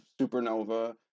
supernova